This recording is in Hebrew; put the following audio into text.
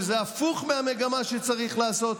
שזה הפוך מהמגמה שצריך לעשות,